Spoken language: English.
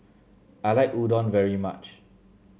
I like Udon very much